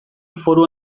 foru